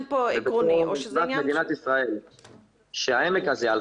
בתור בן העמק ובתור אזרח מדינת ישראל שהעמק הזה על